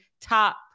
top